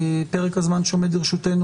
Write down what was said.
פרק הזמן שעומד לרשותנו,